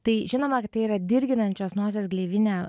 tai žinoma kad tai yra dirginančios nosies gleivinę